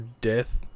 Death